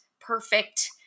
perfect